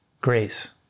Grace